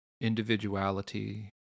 individuality